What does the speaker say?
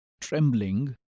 trembling